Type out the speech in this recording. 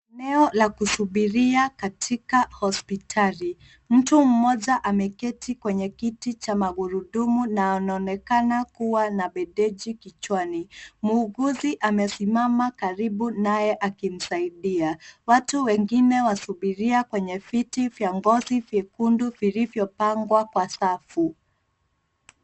Eneo la kusubiria katika hospitali. Mtu mmoja ameketi kwenye kiti cha magurudumu na anaonekana kuwa na bendeji kichwani. Muunguzi amesimama karibu naye akimsaidia. Watu wengine wasubiria kwenye viti vya ngozi vyekundu vilivyopangwa kwa safu.